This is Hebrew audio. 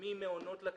וממעונות לקשישים.